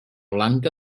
blanca